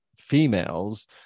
females